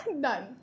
Done